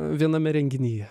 viename renginyje